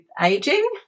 aging